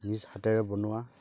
নিজ হাতেৰে বনোৱা